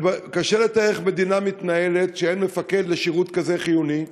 קשה לתאר איך מדינה מתנהלת כשאין מפקד לשירות כזה חיוני.